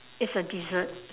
it's a dessert